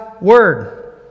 Word